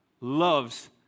loves